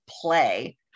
play